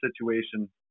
situation